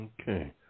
Okay